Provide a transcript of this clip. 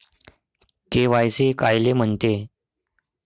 KYC कायले म्हनते?